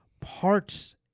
Parts